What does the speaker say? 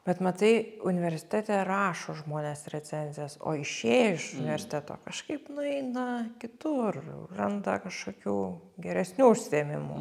bet matai universitete rašo žmonės recenzijas o išėję iš universiteto kažkaip nueina kitur randa kažkokių geresnių užsiėmimų